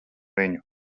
viņu